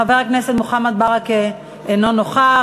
חבר הכנסת מוחמד ברכה, אינו נוכח.